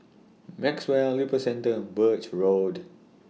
Maxwell Lippo Centre Birch Road